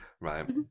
Right